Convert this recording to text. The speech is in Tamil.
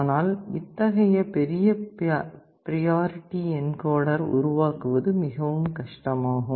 ஆனால் இத்தகைய பெரிய பிரியாரிட்டி என்கோடர் உருவாக்குவது மிகவும் கஷ்டமாகும்